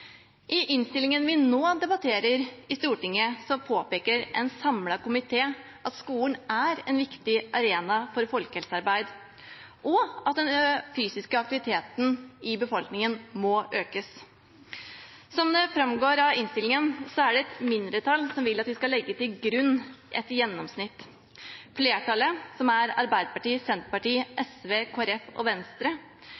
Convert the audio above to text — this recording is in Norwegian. I innstillingen vi nå debatterer i Stortinget, påpeker en samlet komité at skolen er en viktig arena for folkehelsearbeid, og at den fysiske aktiviteten i befolkningen må økes. Som det framgår av innstillingen, er det et mindretall som vil at vi skal legge til grunn et gjennomsnitt. Flertallet, som er Arbeiderpartiet, Senterpartiet,